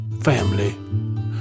family